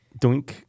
Doink